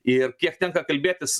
ir kiek tenka kalbėtis